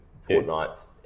fortnights